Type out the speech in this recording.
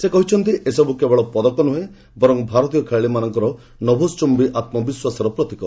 ସେ କହିଛନ୍ତି ଏସବୁ କେବଳ ପଦକ ନୁହେଁ ବରଂ ଭାରତୀୟ ଖେଳାଳି ମାନଙ୍କର ନଭଶ୍କୁମ୍ବୀ ଆତ୍ମବିଶ୍ୱାସର ପ୍ରତୀକ